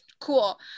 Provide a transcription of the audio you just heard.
Cool